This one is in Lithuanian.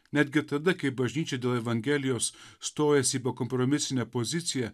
netgi tada kai bažnyčia dėl evangelijos stojasi į bekompromisinę poziciją